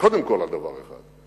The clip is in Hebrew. קודם כול בדבר אחד,